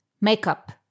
makeup